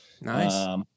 Nice